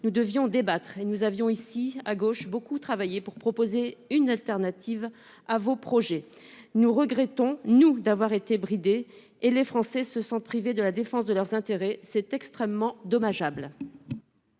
nous devions débattre. Nous avions beaucoup travaillé pour proposer une alternative à vos projets. Nous regrettons d'avoir été bridés, tandis que les Français se sentent privés de la défense de leurs intérêts, ce qui est extrêmement dommageable.